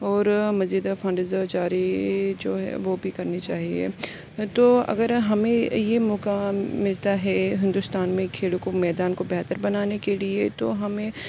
اور مزید فنڈز جاری جو ہے وہ بھی کرنے چاہیے تو اگر ہمیں یہ موقعہ ملتا ہے ہندوستان میں کھیلوں کو میدان کو بہتر بنانے کے لیے تو ہمیں